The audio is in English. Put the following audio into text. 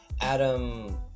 Adam